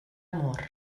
mor